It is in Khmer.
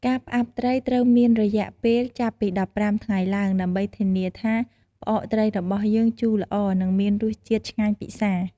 ការផ្អាប់ត្រីត្រូវមានរយៈពេលចាប់ពី១៥ថ្ងៃឡើង ដើម្បីធានាថា ផ្អកត្រីរបស់យើងជូរល្អ និងមានរសជាតិឆ្ងាញ់ពិសា។